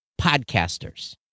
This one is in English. podcasters